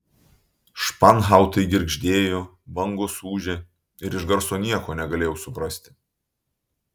španhautai girgždėjo bangos ūžė ir iš garso nieko negalėjau suprasti